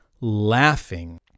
laughing